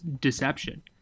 deception